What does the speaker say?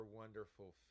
wonderful